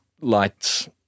lights